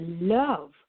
love